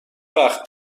وقت